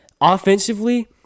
offensively